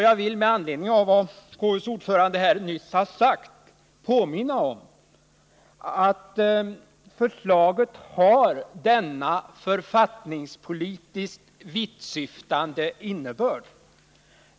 Jag vill med anledning av vad KU:s ordförande nyss har sagt påminna om att förslaget har denna författningspolitiskt vittsyftande innebörd.